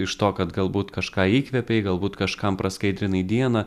iš to kad galbūt kažką įkvėpei galbūt kažkam praskaidrinai dieną